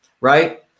right